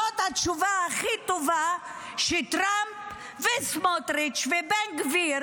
זאת התשובה הכי טובה לטראמפ ולסמוטריץ' ובן גביר,